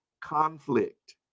conflict